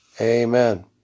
Amen